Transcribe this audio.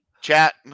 chat